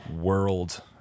world